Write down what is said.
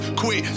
quit